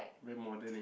very modern eh